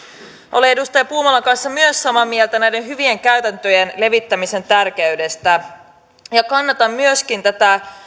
olen edustaja puumalan kanssa samaa mieltä myös näiden hyvin käytäntöjen levittämisen tärkeydestä ja kannatan myöskin tätä